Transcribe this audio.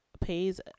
pays